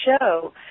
show